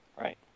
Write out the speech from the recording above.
Right